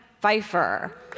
Pfeiffer